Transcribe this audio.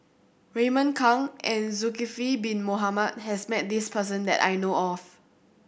Raymond Kang and Zulkifli Bin Mohamed has met this person that I know of